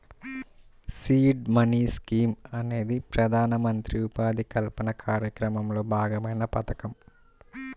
seed money scheme అనేది ప్రధానమంత్రి ఉపాధి కల్పన కార్యక్రమంలో భాగమైన పథకం